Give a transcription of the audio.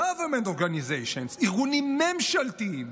Governmental Organizations, ארגונים ממשלתיים,